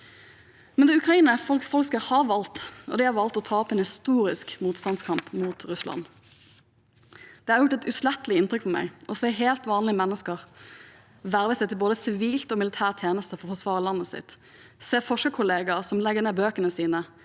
Det ukrainske folket har valgt. De har valgt å ta en historisk motstandskamp mot Russland. Det har gjort et uutslettelig inntrykk på meg å se helt vanlige mennesker verve seg til både sivil og militær tjeneste for å forsvare landet sitt, se forskerkollegaer som legger ned bøkene sine,